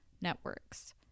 networks